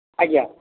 ଆଜ୍ଞା